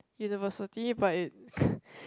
university but it